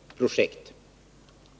Fru talman! Svaret är enkelt. Tele-X är ett svenskt eller svensk-norskt projekt.